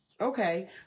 Okay